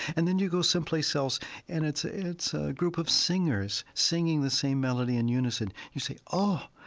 and then you go someplace else and it's ah it's a group of singers singing the same melody in unison. you say, oh!